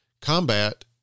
combat